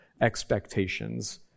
expectations